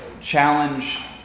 challenge